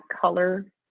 color